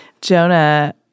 Jonah